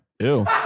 Ew